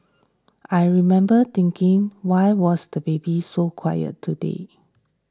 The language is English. I remember thinking why was the baby so quiet today